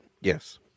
Yes